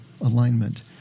alignment